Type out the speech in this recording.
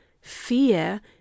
fear